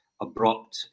abrupt